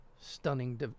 Stunning